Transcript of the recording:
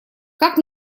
как